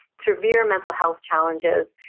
severe mental health challenges.